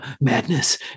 Madness